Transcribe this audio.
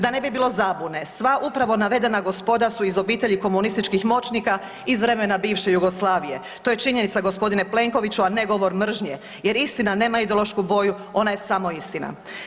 Da ne bilo zabuna sva upravo navedena gospoda su iz obitelji komunističkih moćnika iz vremena bivše Jugoslavije, to je činjenica gospodine Plenkoviću, a ne govor mržnje jer istina nema ideološku boju ona je samo istina.